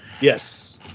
Yes